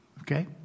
Okay